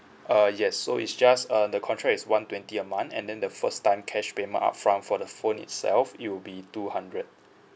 uh yes so it's just uh the contract is one twenty a month and then the first time cash payment upfront for the phone itself it will be two hundred